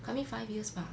coming five years bah